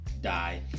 die